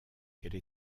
qu’elle